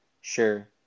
sure